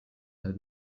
del